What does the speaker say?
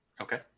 Okay